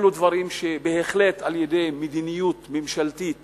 אלו דברים שבהחלט, על-ידי מדיניות ממשלתית